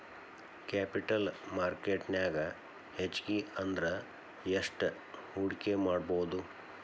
Capital market ನ್ಯಾಗ್ ಹೆಚ್ಗಿ ಅಂದ್ರ ಯೆಸ್ಟ್ ಹೂಡ್ಕಿಮಾಡ್ಬೊದು?